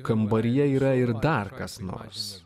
kambaryje yra ir dar kas nors